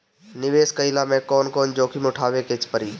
निवेस कईला मे कउन कउन जोखिम उठावे के परि?